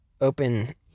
open